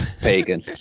pagan